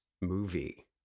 movie